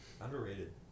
Underrated